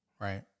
Right